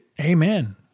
Amen